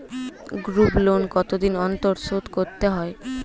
Group loan কতদিন অন্তর শোধকরতে হয়?